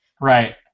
Right